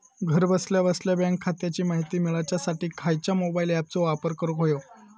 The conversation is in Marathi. घरा बसल्या बसल्या बँक खात्याची माहिती मिळाच्यासाठी खायच्या मोबाईल ॲपाचो वापर करूक होयो?